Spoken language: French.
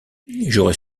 j’aurais